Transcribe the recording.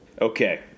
Okay